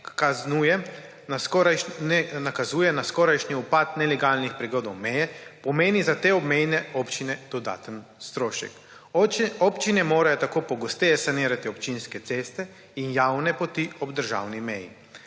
kaznuje, ne nakazuje na skorajšnji upad nelegalnih prehodov meje, pomeni za te obmejne občine dodaten strošek. Občine morajo tako pogosteje sanirati občinske ceste in javne poti ob državni meji.